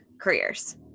careers